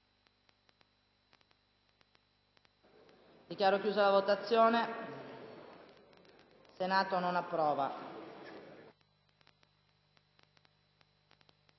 Dichiaro chiusa la votazione. **Il Senato non approva.**